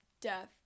death